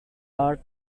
art